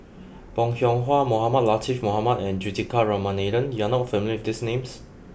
Bong Hiong Hwa Mohamed Latiff Mohamed and Juthika Ramanathan you are not familiar with these names